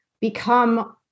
become